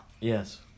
Yes